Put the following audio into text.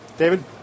David